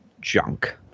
junk